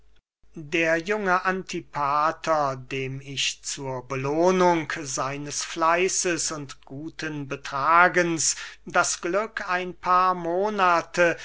der junge antipater dem ich zur belohnung seines fleißes und guten betragens das glück ein paar monate